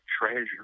treasure